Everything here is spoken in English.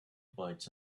bites